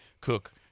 cook